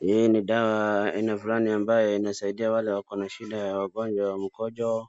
Hii ni dawa aina fulani ambayo inasaidia wale wako na shida ya ugonjwa wa mkojo,